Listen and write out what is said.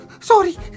Sorry